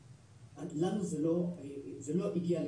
היתר, זה לא הגיע לפתחנו.